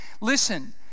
Listen